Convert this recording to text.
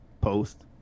post